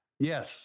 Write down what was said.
Yes